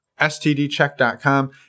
stdcheck.com